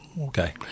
Okay